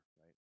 right